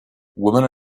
women